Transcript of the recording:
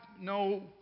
no